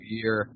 year